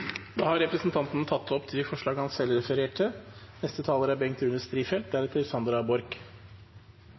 Da har representanten Lars Haltbrekken tatt opp de forslag han refererte